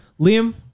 Liam